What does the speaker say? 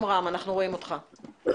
שלום.